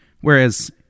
Whereas